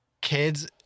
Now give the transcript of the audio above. kids